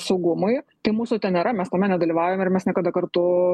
saugumui tai mūsų ten nėra mes tame nedalyvaujame ir mes niekada kartu